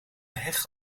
heg